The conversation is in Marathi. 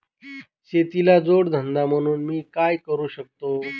शेतीला जोड धंदा म्हणून मी काय करु शकतो?